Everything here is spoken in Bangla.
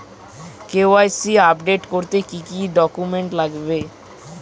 কে.ওয়াই.সি আপডেট করতে কি কি ডকুমেন্টস লাগবে?